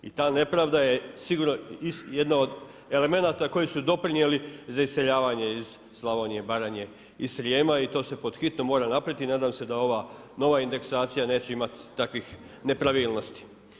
I ta nepravda je sigurno jedan od elemenata koji su doprinijeli za iseljavanje iz Slavonije i Baranje i Srijema i to se pod hitno mora napraviti i nadam se da ova nova indeksacija neće imati takvih nepravilnosti.